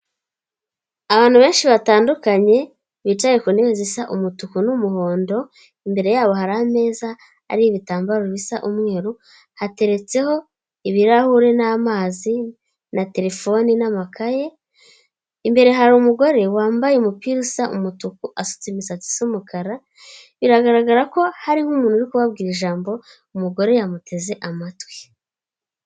Abantu benshi batandukanye bicaye ku ntebe zisa umutuku n'umuhondo, imbere yabo hari ameza ari ibitambaro bisa umweru hateretseho ibirahure n'amazi na terefoni n'amakaye, imbere hari umugore wambaye umupira usa umutuku asutse imisatsi isa umukara biragaragara ko hariho umuntu uri kubabwira ijambo umugore yamuteze amatwi.